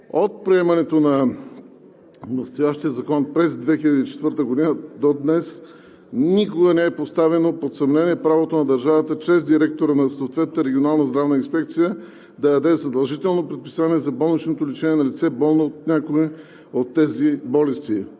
От приемането на настоящия закон през 2004 г. до днес никога не е поставяно под съмнение правото на държавата чрез директора на съответната регионална здравна инспекция да даде задължително предписание за болничното лечение на лице, болно от някоя от тези болести.